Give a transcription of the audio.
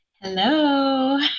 Hello